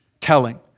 telling